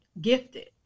gifted